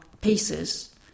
pieces